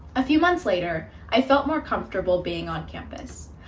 a few months later, i felt more comfortable being on campus.